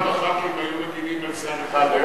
פעם ארבעה ח"כים מגינים על שר אחד,